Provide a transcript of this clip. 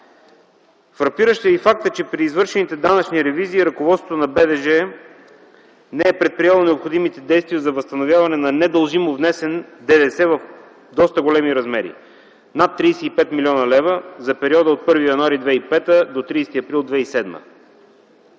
Фрапиращ е и фактът, че при извършените данъчни ревизии ръководството на БДЖ не е предприело необходимите действия за възстановяване на недължимо внесен ДДС в доста големи размери – над 35 млн. лв. за периода от 1 януари 2005 г. до 30 април 2007